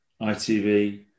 ITV